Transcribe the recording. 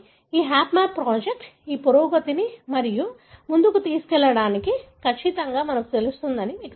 కానీ ఈ HapMap project ఈ పురోగతిని మరింత ముందుకు తీసుకెళ్లడానికి ఖచ్చితంగా మాకు సహాయపడుతుందని మీకు తెలుసు